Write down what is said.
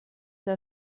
der